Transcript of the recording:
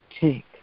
take